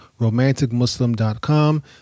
romanticmuslim.com